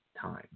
time